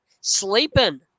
sleeping